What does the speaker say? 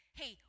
hey